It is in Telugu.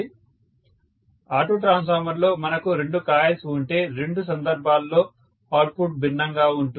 స్టూడెంట్ ఆటో ట్రాన్స్ఫార్మర్లో మనకు రెండు కాయిల్స్ ఉంటే రెండు సందర్భాల్లో అవుట్పుట్ భిన్నంగా ఉంటుంది